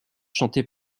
chanté